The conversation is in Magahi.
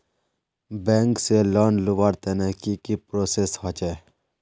बैंक से लोन लुबार तने की की प्रोसेस होचे?